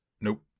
Nope